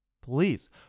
Please